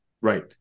Right